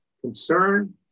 concern